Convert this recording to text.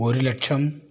ഒരു ലക്ഷം